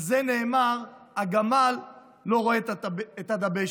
על זה נאמר: הגמל לא רואה את הדבשת.